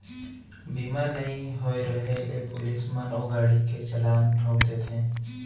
बीमा नइ होय रहें ले पुलिस मन ओ गाड़ी के चलान ठोंक देथे